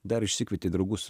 dar išsikvieti draugus